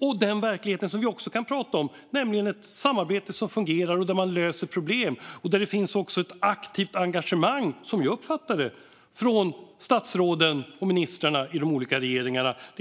Och den verklighet som vi också kan prata om: ett samarbete som fungerar och där man löser problem. Där finns också ett aktivt engagemang, som jag uppfattar det, från statsråden och ministrarna i de olika regeringarna. Fru talman!